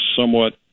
somewhat